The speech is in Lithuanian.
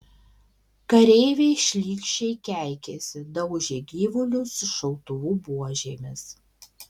kareiviai šlykščiai keikėsi daužė gyvulius šautuvų buožėmis